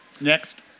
Next